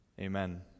Amen